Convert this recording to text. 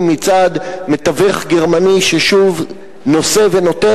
מצד מתווך גרמני ששוב נושא ונותן.